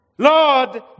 Lord